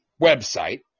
website